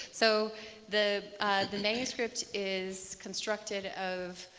so the the manuscript is constructed of